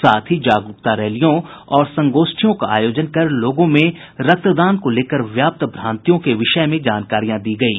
साथ ही जागरूकता रैलियों ओर संगोष्ठियों का आयोजन कर लोगों में रक्तदान को लेकर व्याप्त भ्रांतियों के विषय में जानकारियां दी गयी